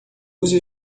use